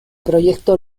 proyecto